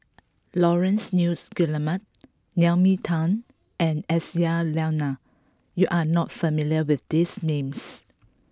Laurence Nunns Guillemard Naomi Tan and Aisyah Lyana you are not familiar with these names